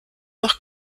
noch